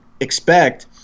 expect